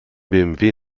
bmw